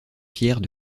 pierres